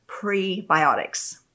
prebiotics